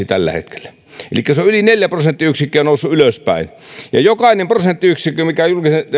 tällä hetkellä elikkä se on yli neljä prosenttiyksikköä noussut ylöspäin jokainen prosenttiyksikkö minkä